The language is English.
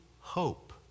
hope